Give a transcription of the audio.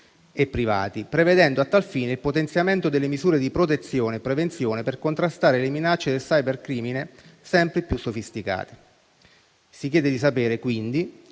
e privati, prevedendo, a tal fine, il potenziamento delle misure di protezione e prevenzione per contrastare le minacce del cyber crimine sempre più sofisticate, si chiede di sapere quali